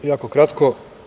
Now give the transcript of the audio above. Jako kratko.